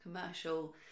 commercial